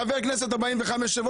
חבר כנסת 45,000,